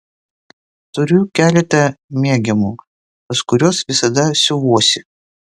turiu keletą mėgiamų pas kuriuos visada siuvuosi